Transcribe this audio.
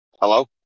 Hello